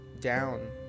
down